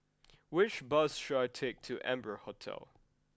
which bus should I take to Amber Hotel